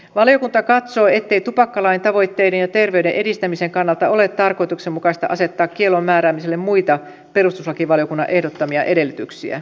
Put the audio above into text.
valiokunta katsoo ettei tupakkalain tavoitteiden ja terveyden edistämisen kannalta ole tarkoituksenmukaista asettaa kiellon määräämiselle muita perustuslakivaliokunnan ehdottamia edellytyksiä